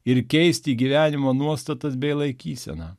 ir keisti gyvenimo nuostatas bei laikyseną